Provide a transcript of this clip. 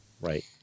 Right